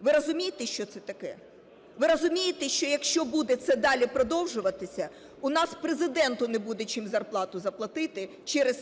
Ви розумієте, що це таке? Ви розумієте, що, якщо буде це далі продовжуватися, у нас Президенту не буде чим зарплату заплатити через